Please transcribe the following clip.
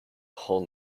whole